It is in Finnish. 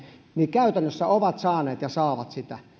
käytännössä ovat saaneet ja saavat sitä